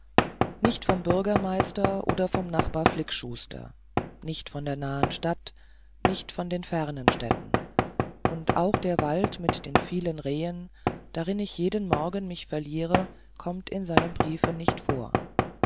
nicht vom bürgermeister oder vom nachbar flickschuster nicht von der nahen stadt nicht von den fernen städten und auch der wald mit den vielen rehen darin ich jeden morgen mich verliere kommt in seinem briefe nicht vor